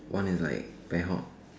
one is like